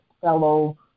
fellow